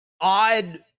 odd